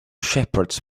shepherds